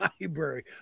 Library